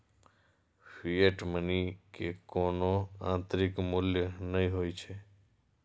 fiat money के कोनो आंतरिक मूल्य नै होइ छै